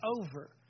over